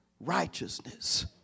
righteousness